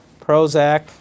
Prozac